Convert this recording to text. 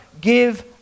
give